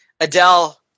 Adele